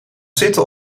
zitten